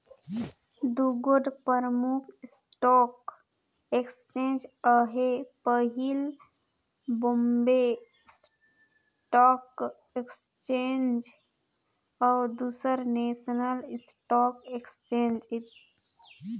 दुगोट परमुख stock exchange अहे पहिल बॉम्बे स्टाक एक्सचेंज अउ दूसर नेसनल स्टॉक एक्सचेंज